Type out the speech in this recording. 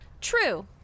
True